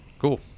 Cool